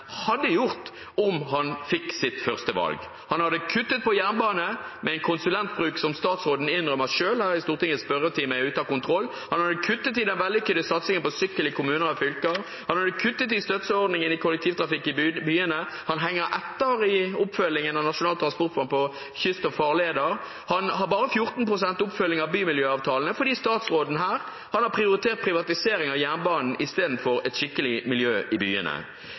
hadde gjort om han fikk sitt førstevalg. Han hadde kuttet til jernbane, med en konsulentbruk som statsråden selv innrømmet i Stortingets spørretime at var ute av kontroll. Han hadde kuttet i den vellykkede satsingen på sykkel i kommuner og fylker. Han hadde kuttet i støtteordningen til kollektivtrafikk i byene. Han henger etter i oppfølgingen av Nasjonal transportplan på kyst og farleder. Han har bare 14 pst. oppfølging av bymiljøavtalene fordi han har prioritert privatisering av jernbanen i stedet for et skikkelig miljø i byene.